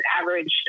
average